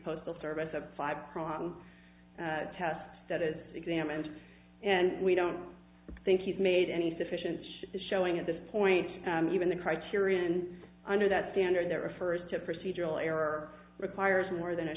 postal service a five prong test that is examined and we don't think he's made any sufficient showing at this point even the criterion under that standard that refers to procedural error or requires more than a